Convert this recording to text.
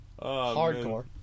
Hardcore